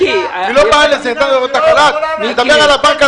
היא לא --- אני מדבר על הבנק,